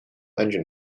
engine